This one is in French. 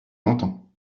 entend